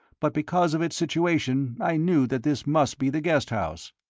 but because of its situation i knew that this must be the guest house.